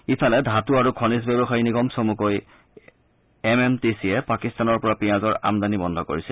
ইফালে ধাতু আৰু খনিজ ব্যৱসায়ী নিগম চমুকৈ এম এম টি চিয়ে পাকিস্তানৰ পৰা পিয়াজৰ আমদানি বন্ধ কৰিছে